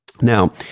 Now